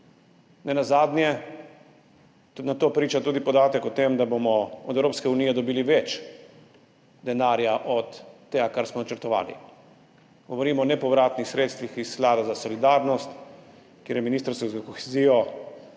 Nenazadnje o tem priča tudi podatek o tem, da bomo od Evropske unije dobili več denarja od tega, kar smo načrtovali. Govorimo o nepovratnih sredstvih iz Sklada za solidarnost, kjer je ministrstvo za kohezijo